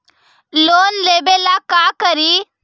Loan लेबे ला का करि?